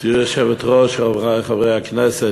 גברתי היושבת-ראש, רבותי חברי הכנסת,